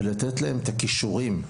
ולתת להם את הכישורים,